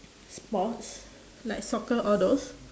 sports like soccer all those